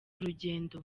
urugendo